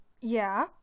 Yeah